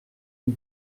une